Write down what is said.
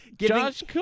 Josh